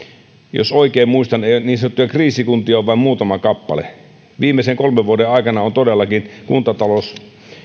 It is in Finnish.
jos oikein muistan niin sanottuja kriisikuntia on vain muutama kappale viimeisen kolmen vuoden aikana on todellakin kuntatalous